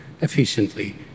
efficiently